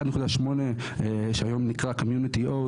1.8 שהיום נקרא Community.O,